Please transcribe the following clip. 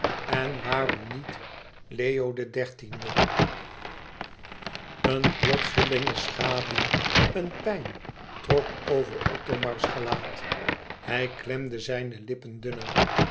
en waarom niet leo xiii een plotselinge schaduw een pijn trok over othomars gelaat hij klemde zijne lippen dunner